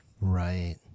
Right